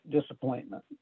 disappointment